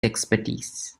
expertise